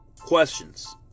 questions